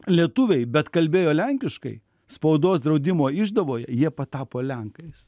lietuviai bet kalbėjo lenkiškai spaudos draudimo išdavoje jie patapo lenkais